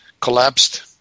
collapsed